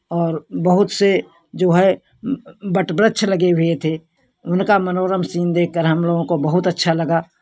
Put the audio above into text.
और बहुत से जो है वट वृक्ष लगे हुए थे उनका मनोरम सीन देखकर हम लोगों को बहुत अच्छा लगा